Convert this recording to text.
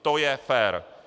To je fér.